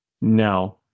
No